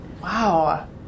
Wow